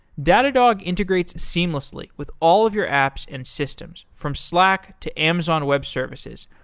datadog integrates seamlessly with all of your apps and systems from slack, to amazon web services,